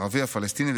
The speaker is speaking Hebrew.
הערבי הפלסטיני,